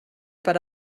per